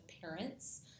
parents